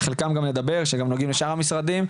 על חלקם גם נדבר והם נוגעים גם לשאר משרדי הממשלה.